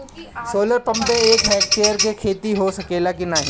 Solar pump से एक hectare क खेती हो सकेला की नाहीं?